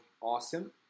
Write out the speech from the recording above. awesome